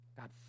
God